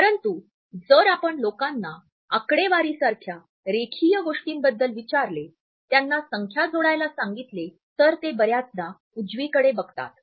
परंतु जर आपण लोकांना आकडेवारीसारख्या रेखीय गोष्टींबद्दल विचारले त्यांना संख्या जोडायला सांगितले तर ते बर्याचदा उजवीकडे बघतात